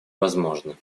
возможны